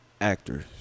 Actors